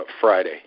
Friday